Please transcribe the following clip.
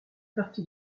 partie